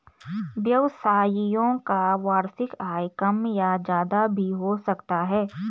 व्यवसायियों का वार्षिक आय कम या ज्यादा भी हो सकता है